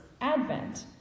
Advent